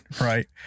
right